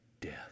death